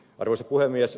arvoisa puhemies